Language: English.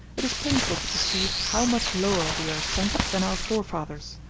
it is painful to perceive how much lower we are sunk than our forefathers,